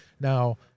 Now